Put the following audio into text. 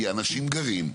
כי אנשים גרים,